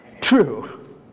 true